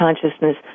consciousness